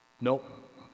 Nope